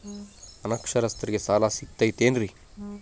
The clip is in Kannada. ಅನಕ್ಷರಸ್ಥರಿಗ ಸಾಲ ಸಿಗತೈತೇನ್ರಿ?